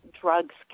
drugs